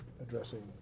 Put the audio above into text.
addressing